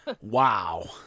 Wow